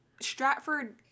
Stratford